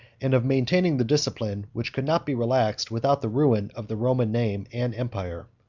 and of maintaining the discipline, which could not be relaxed without the ruin of the roman name and empire.